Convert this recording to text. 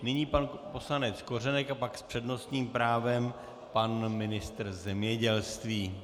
Nyní pan poslanec Kořenek a pak s přednostním právem pan ministr zemědělství.